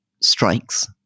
strikes